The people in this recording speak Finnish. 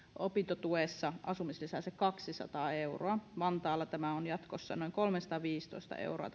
opintotuessa asumislisää sen kaksisataa euroa vantaalla tämä maksimituki on jatkossa noin kolmesataaviisitoista euroa